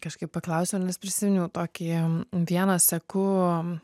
kažkaip paklausiau nes prisiminau tokį vieną seku